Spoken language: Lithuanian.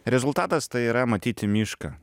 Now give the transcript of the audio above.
rezultatas tai yra matyti mišką